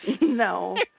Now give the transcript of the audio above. No